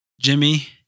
Jimmy